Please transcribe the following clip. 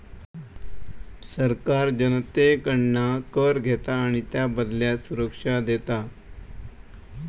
सरकार जनतेकडना कर घेता आणि त्याबदल्यात सुरक्षा देता